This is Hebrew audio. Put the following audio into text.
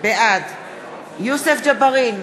בעד יוסף ג'בארין,